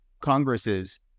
congresses